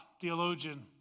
theologian